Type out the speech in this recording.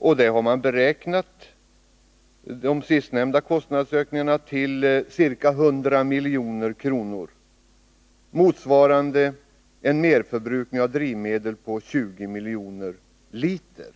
Man har beräknat kostnadsökningarna i det sammanhanget till ca 100 milj.kr., motsvarande en merförbrukning av drivmedel på 20 miljoner liter.